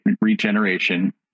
regeneration